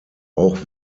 auch